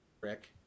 Rick